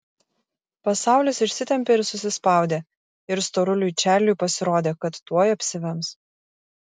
pasaulis išsitempė ir susispaudė ir storuliui čarliui pasirodė kad tuoj apsivems